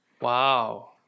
Wow